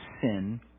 sin